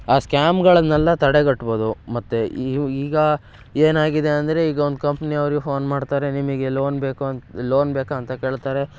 ಆ ಸ್ಕ್ಯಾಮ್ಗಳನ್ನೆಲ್ಲ ತಡೆಗಟ್ಬೋದು ಮತ್ತು ಇವು ಈಗ ಏನಾಗಿದೆ ಅಂದರೆ ಈಗ ಒಂದು ಕಂಪ್ನಿಯವ್ರು ಫೋನ್ ಮಾಡ್ತಾರೆ ನಿಮಗೆ ಲೋನ್ ಬೇಕು ಅಂತ ಲೋನ್ ಬೇಕಾ ಅಂತ ಕೇಳ್ತಾರೆ